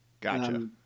Gotcha